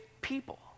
people